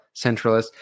centralist